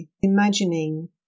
imagining